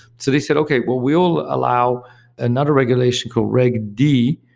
so they said, okay. well, we'll allow another regulation called reg d,